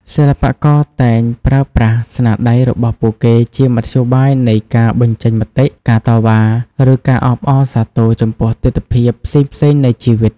សិល្បករតែងប្រើប្រាស់ស្នាដៃរបស់ពួកគេជាមធ្យោបាយនៃការបញ្ចេញមតិ ការតវ៉ា ឬការអបអរសាទរចំពោះទិដ្ឋភាពផ្សេងៗនៃជីវិត។